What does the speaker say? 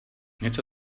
něco